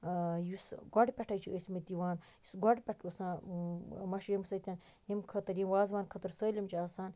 یُس گۄڈٕ پٮ۪ٹھے چھِ ٲسۍمٕتۍ یِوان یُس گۄڈٕ پٮ۪ٹھِ آسان مَشہِ ییٚمہِ سۭتۍ ییٚمہ خٲطرٕ یہِ وازوان خٲطر سٲلِم چھُ آسان